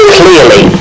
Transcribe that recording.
clearly